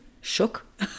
shook